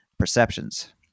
perceptions